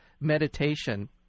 meditation